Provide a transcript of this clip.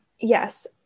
Yes